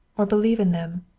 or believe in them.